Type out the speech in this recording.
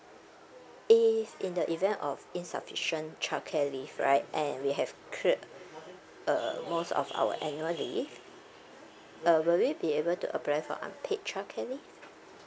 if in the event of insufficient childcare leave right and we have cleared uh most of our annual leave uh will we be able to apply for unpaid childcare leave